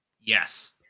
Yes